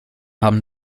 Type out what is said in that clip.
haben